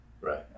right